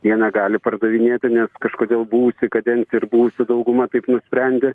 jie negali pardavinėti nes kažkodėl buvusi kadencija ir buvusi dauguma taip nusprendė